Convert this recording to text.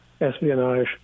espionage